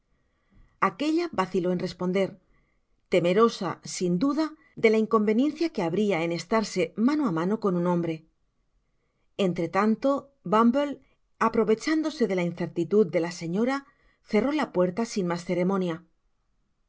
aquella vaciló en responder temerosa sin duda de la inconveniencia que habria en estarse mano á mano con un hombre entre tanto bumble aprovechándose de la